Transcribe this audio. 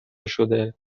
شده